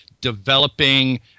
developing